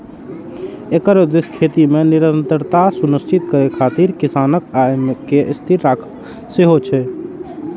एकर उद्देश्य खेती मे निरंतरता सुनिश्चित करै खातिर किसानक आय कें स्थिर राखब सेहो छै